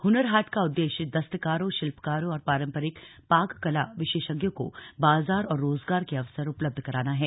हुनर हाट का उद्देश्य दस्तकारों शिल्पकारों और पारंपरिक पाककला विशेषज्ञों को बाजार और रोजगार के अवसर उपलब्ध कराना है